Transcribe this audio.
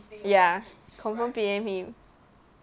ya confirm P_M him